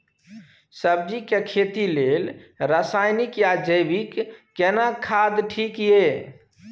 सब्जी के खेती लेल रसायनिक या जैविक केना खाद ठीक ये?